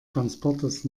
transportes